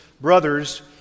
brothers